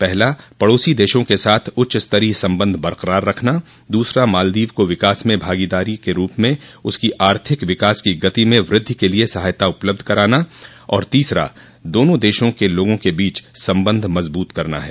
पहला पड़ोसी देशों के साथ उच्च स्तरीय संबंध बरकरार रखना दूसरा मालदीव को विकास में भागीदार के रूप में उसकी आर्थिक विकास की गति में वृद्धि के लिए सहायता उपलब्ध कराना और तीसरा दोनों देशों के लोगों के बीच संबंध मजबूत करना है